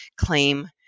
claim